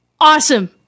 awesome